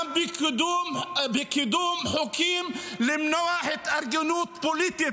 גם בקידום חוקים למנוע התארגנות פוליטית